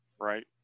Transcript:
Right